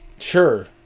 Sure